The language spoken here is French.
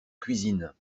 cuisine